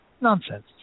Nonsense